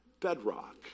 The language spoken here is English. bedrock